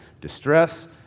distress